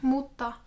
Mutta